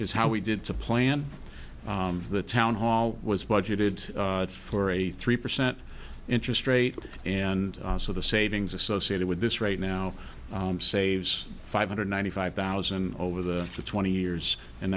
is how we did to plan of the town hall was budgeted for a three percent interest rate and so the savings associated with this right now saves five hundred ninety five thousand over the twenty years and